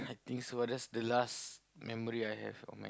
I think so ah that's the last memory I have of my